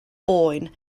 boen